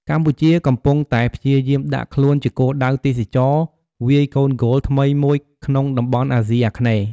កម្ពុជាកំពុងតែព្យាយាមដាក់ខ្លួនជាគោលដៅទេសចរណ៍វាយកូនហ្គោលថ្មីមួយក្នុងតំបន់អាស៊ីអាគ្នេយ៍។